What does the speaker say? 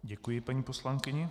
Děkuji paní poslankyni.